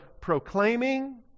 proclaiming